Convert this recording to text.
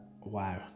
wow